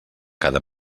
cada